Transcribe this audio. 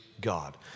God